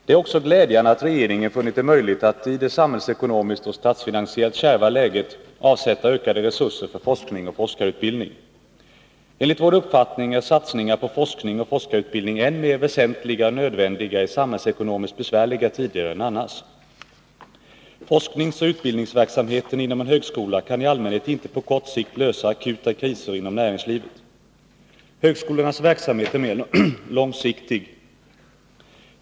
Det är också glädjande att regeringen har funnit det möjligt att i det samhällsekonomiskt och statsfinansiellt kärva läget avsätta ökade resurser för forskning och forskarutbildning. Enligt vår uppfattning är satsningar på forskning och forskarutbildning än mer väsentliga och nödvändiga i samhällsekonomiskt besvärliga tider än annars. Forskningsoch utbildningsverksamheten inom en högskola kan i allmänhet inte på kort sikt lösa akuta kriser inom näringslivet. Högskolornas verksamhet är mer långsiktig.